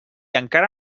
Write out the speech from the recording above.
encara